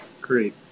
great